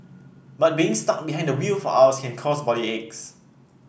but being stuck behind the wheel for hours can cause body aches